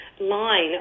line